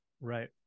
Right